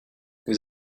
vous